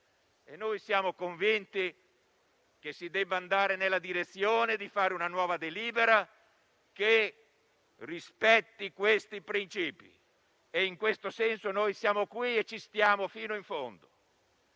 impegno. Siamo convinti che si debba andare nella direzione di fare una nuova delibera che rispetti questi principi; in questo senso, siamo qui e ci stiamo fino in fondo.